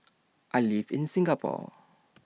I live in Singapore